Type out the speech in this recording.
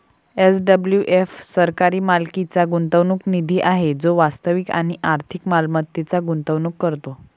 SWF सरकारी मालकीचा गुंतवणूक निधी आहे जो वास्तविक आणि आर्थिक मालमत्तेत गुंतवणूक करतो